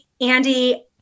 Andy